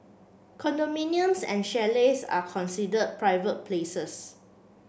condominiums and chalets are considered private places